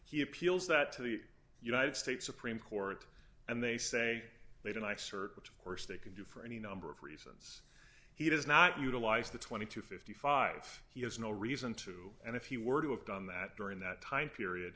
he appeals that to the united states supreme court and they say they don't like search which of course they can do for any number of reasons he does not utilize the twenty to fifty five he has no reason to and if he were to have done that during that time period